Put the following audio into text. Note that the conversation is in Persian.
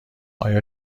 آیا